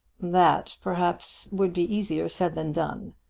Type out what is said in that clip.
that, perhaps, would be easier said than done.